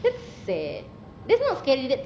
that's sad that's not scary that's sad